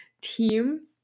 team